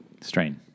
Strain